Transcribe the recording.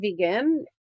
vegan